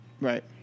Right